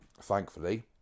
thankfully